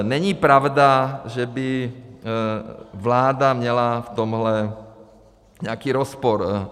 Není pravda, že by vláda měla v tomhle nějaký rozpor.